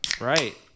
Right